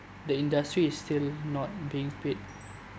the industry is still not being paid